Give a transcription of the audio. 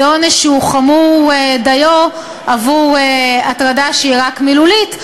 זה עונש שהוא חמור דיו על הטרדה שהיא רק מילולית,